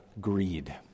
greed